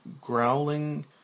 growling